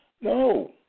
No